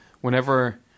whenever